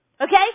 Okay